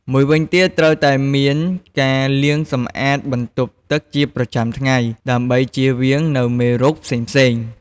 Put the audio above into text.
មួយវិញទៀតត្រូវតែមានការលាងសម្អាតបន្ទប់ទឹកជាប្រចាំថ្ងៃ ដើម្បីជៀសវាងនូវមេរោគផ្សេងៗ។